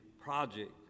project